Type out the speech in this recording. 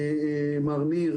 הנה,